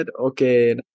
Okay